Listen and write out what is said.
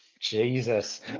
jesus